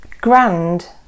grand